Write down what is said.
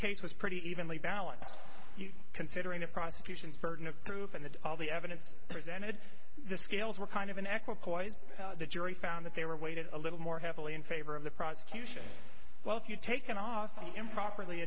case was pretty evenly balanced considering the prosecution's burden of proof and all the evidence presented the scales were kind of an echo poison the jury found that they were waited a little more heavily in favor of the prosecution well if you take an awfully improperly